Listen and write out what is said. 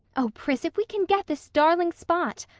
oh, pris, if we can get this darling spot!